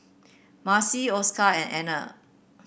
Marcie Oscar and Anna